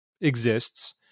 exists